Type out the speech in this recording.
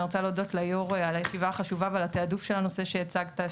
אני רוצה להודות ל יו"ר על הישיבה החשובה ועל התיעדוף של הנושא שהצגת,